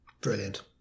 Brilliant